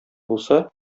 булса